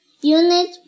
Unit